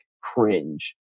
cringe